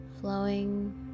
Flowing